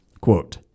Quote